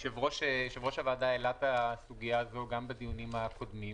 יושב-ראש הוועדה העלה את הסוגיה הזאת גם בדיונים הקודמים,